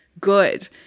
good